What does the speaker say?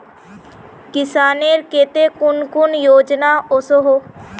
किसानेर केते कुन कुन योजना ओसोहो?